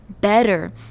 better